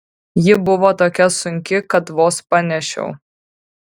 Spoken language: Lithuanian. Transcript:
ji buvo tokia sunki kad vos panešiau